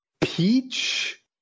peach